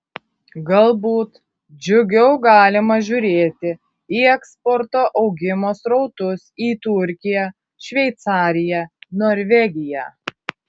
galbūt džiugiau galima žiūrėti į eksporto augimo srautus į turkiją šveicariją norvegiją